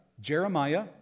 Jeremiah